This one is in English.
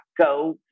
Go